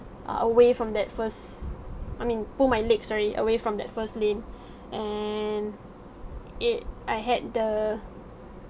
uh away from that first I mean pull my leg sorry away from that first lane and it~ I had the